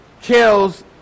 kills